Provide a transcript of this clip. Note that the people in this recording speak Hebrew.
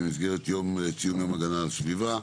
במסגרת יום ציון יום הגנת הסביבה,